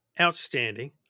outstanding